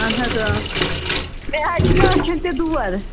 اَہَن حظ آ بیٚیہِ حظ چھُ مےٚ أچھَن تہِ دود